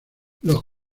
los